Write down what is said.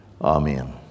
amen